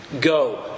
Go